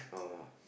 uh